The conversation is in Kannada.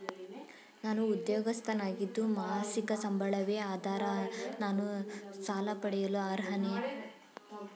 ನಾನು ಉದ್ಯೋಗಸ್ಥನಾಗಿದ್ದು ಮಾಸಿಕ ಸಂಬಳವೇ ಆಧಾರ ನಾನು ಸಾಲ ಪಡೆಯಲು ಅರ್ಹನೇ?